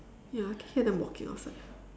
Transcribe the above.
ya can hear them walking outside